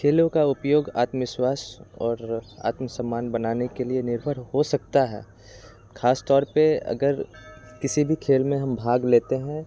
खेलों का उपयोग आत्मविश्वास और आत्मसम्मान बनाने के लिए निर्भर हो सकता है ख़ासतौर पर अगर किसी भी खेल में हम भाग लेते हैं